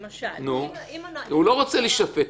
למשל -- הוא לא רוצה להישפט.